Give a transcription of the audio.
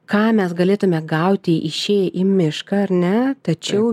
ką mes galėtume gauti išėję į mišką ar ne tačiau